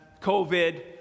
covid